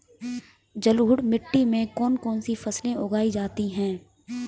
जलोढ़ मिट्टी में कौन कौन सी फसलें उगाई जाती हैं?